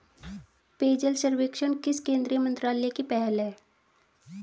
पेयजल सर्वेक्षण किस केंद्रीय मंत्रालय की पहल है?